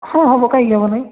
ହଁ ହେବ କାହିଁକି ହେବ ନାହିଁ